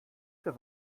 für